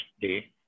day